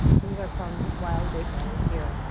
these are from wild grapevines here.